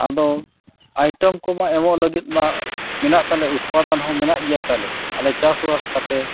ᱟᱫᱚ ᱠᱚᱢᱟ ᱮᱢᱚᱜ ᱞᱟᱹᱜᱤᱫ ᱢᱟ ᱢᱮᱱᱟᱜ ᱛᱟᱞᱮᱭᱟ ᱩᱛᱯᱟᱫᱚᱱ ᱦᱚᱸ ᱢᱮᱱᱟᱜ ᱜᱮᱛᱟᱞᱮᱭᱟ ᱛᱟᱞᱮ ᱟᱞᱮ ᱪᱟᱥᱵᱟᱥ ᱠᱟᱛᱮᱫ